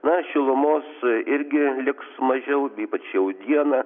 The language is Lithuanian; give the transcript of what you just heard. na šilumos irgi liks mažiau ypač jau dieną